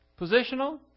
Positional